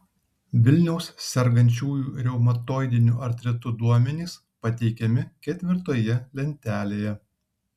vilniaus sergančiųjų reumatoidiniu artritu duomenys pateikiami ketvirtoje lentelėje